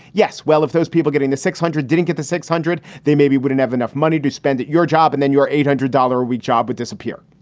yes. well, if those people getting the six hundred didn't get the six hundred, they maybe wouldn't have enough money to spend at your job and then your eight hundred dollar a week job would disappear.